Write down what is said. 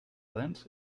dents